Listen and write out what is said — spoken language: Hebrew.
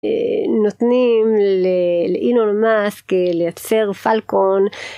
נותנים לאילון מאסק לייצר פלקון.